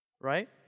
Right